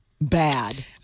bad